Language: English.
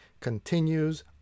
continues